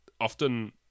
Often